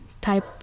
type